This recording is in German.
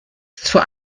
vor